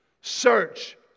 search